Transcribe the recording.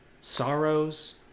sorrows